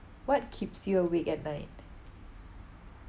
what keeps you awake at night